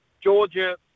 Georgia